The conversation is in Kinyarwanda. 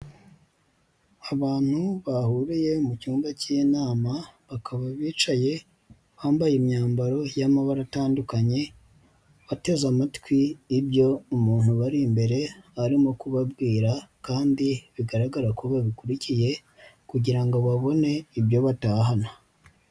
Abantu bahuriye mu cyumba cy'inama bakaba bicaye bambaye imyambaro y'amabara atandukanye, bateze amatwi ibyo umuntu ubari imbere arimo kubabwira, kandi bigaragara ko babikurikiye kugira ngo babone ibyo batahana.